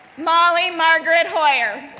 molly margaret hoyer,